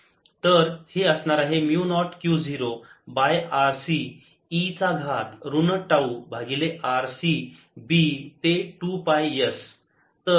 dl0I B 2πs0ddt Q0e tRC B 2πs 0Q0RC e tRC BI 0Q0e tRC2πRC s तर हे असणार आहे mu naught Q 0 by RC e चा घात ऋण टाऊ भागिले RC B ते 2 पाय s